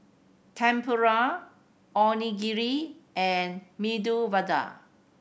Tempura Onigiri and Medu Vada